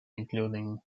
including